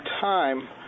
time